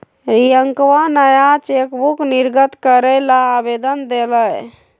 रियंकवा नया चेकबुक निर्गत करे ला आवेदन देलय